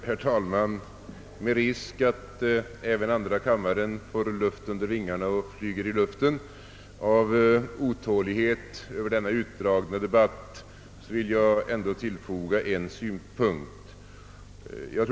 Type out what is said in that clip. Herr talman! Med risk att även andra kammaren får luft under vingarna och flyger i luften av otålighet över denna utdragna debatt vill jag ändå tillfoga en synpunkt.